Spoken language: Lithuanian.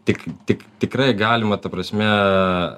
tik tik tikrai galima ta prasme